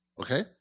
Okay